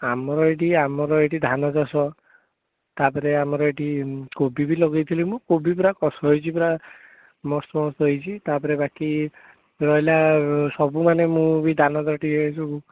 ଆମର ଏଠି ଆମର ଏଠି ଧାନ ଚାଷ ତାପରେ ଆମର ଏଠି କୋବି ବି ଲଗେଇଥିଲି ମୁଁ କୋବି ପୁରା କଷ ହେଇଛି ପୁରା ମସ୍ତ୍ ମସ୍ତ୍ ହେଇଛି ତା'ପରେ ବାକି ରହିଲା ସବୁମାନେ ମୁଁ ବି ଦାନାଦାର ଟିକିଏ ଏ ଯେଉଁ